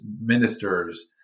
ministers